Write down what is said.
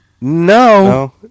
No